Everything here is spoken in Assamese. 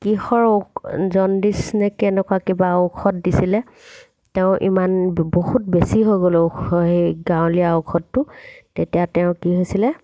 কিহৰ ঔক জনডিচ নে কেনেকুৱা কিবা ঔষধ দিছিলে তেওঁ ইমান বহুত বেছি হৈ গ'ল ঔষ সেই গাঁৱলীয়া ঔষধটো তেতিয়া তেওঁ কি হৈছিলে